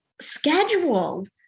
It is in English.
scheduled